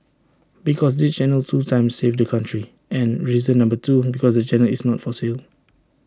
because this channel two times saved the country and reason number two because the channel is not for sale